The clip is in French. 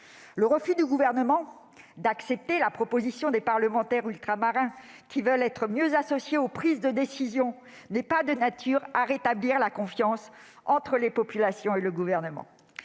Le refus du Gouvernement d'accepter la proposition des parlementaires ultramarins qui veulent être mieux associés aux prises de décision n'est pas de nature à rétablir la confiance des populations à son